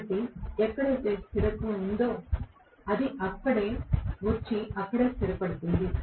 కాబట్టి ఎక్కడైతే స్థిరత్వం ఉందో అది వచ్చి అక్కడే స్థిరపడుతుంది